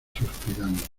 suspirante